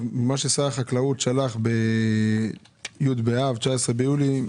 מה ששר החקלאות שלח ב-י' באב, 19 ביולי,